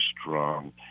strong